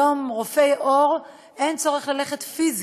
היום לרופא עור אין צורך ללכת פיזית,